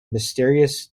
mysterious